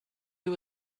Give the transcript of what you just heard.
you